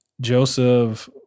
Joseph